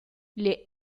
les